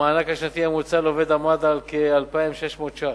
המענק השנתי הממוצע לעובד עמד על כ-2,600 ש"ח.